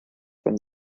from